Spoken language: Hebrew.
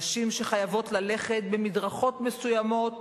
נשים שחייבות ללכת במדרכות מסוימות